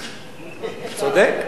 הוא צודק,